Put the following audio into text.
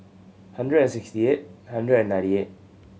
hundred and sixty eight hundred and ninety eight